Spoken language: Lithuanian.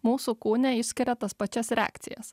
mūsų kūne išskiria tas pačias reakcijas